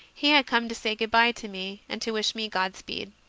he had come to say good-bye to me and to wish me god-speed.